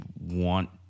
want